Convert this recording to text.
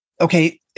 Okay